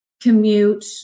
commute